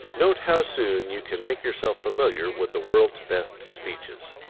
note how soon you can make yourself familiar with the world's best speeches.